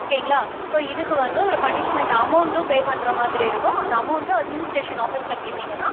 ஓகேங்களா ஸோ இதுக்கு வந்து ஒரு பனிஷ்மெண்ட் அமௌண்ட்டும் பே பண்ணுற மாதிரி இருக்கும் அந்த அமௌண்ட்டும் அட்மினிஸ்ட்ரேஷன் ஆஃபீஸ்யில் கேட்டீங்கனா